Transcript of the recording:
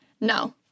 No